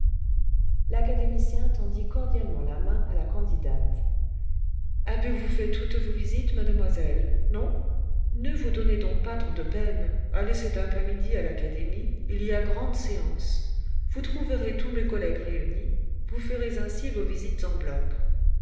l'académicien tendit cordialement la main à la candidate ce avez-vous fait toutes vos visites mademoiselle non ne vous donnez donc pas tant cle peines allez cette après-midi à l'académie il y a grande séance vous trouverez tous mes collègues réunis vous ferez ainsi vos visites en bloc